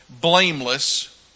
blameless